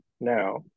now